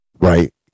Right